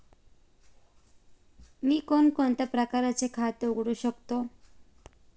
मी कोणकोणत्या प्रकारचे खाते उघडू शकतो?